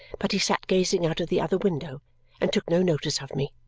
but he sat gazing out of the other window and took no notice of me.